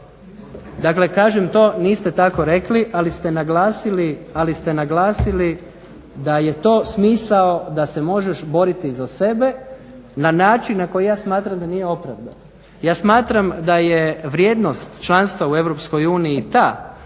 Dakle kažem to niste tako rekli, ali ste naglasili da je to smisao da se možeš boriti za sebe na način na koji ja smatram da nije opravdan. Ja smatram da je vrijednost članstva u